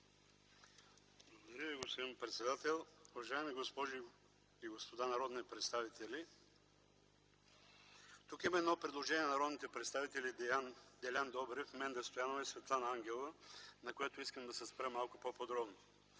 Ви, господин председател. Уважаеми госпожи и господа народни представители! Тук има предложение на народните представители Делян Добрев, Менда Стоянова и Светлана Ангелова, на което искам да се спра малко по-подробно.